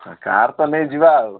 ହଁ କାର୍ ତ ନେଇ ଯିବା ଆଉ